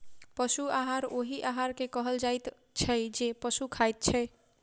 पशु आहार ओहि आहार के कहल जाइत छै जे पशु खाइत छै